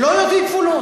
לא יודעים גבולות.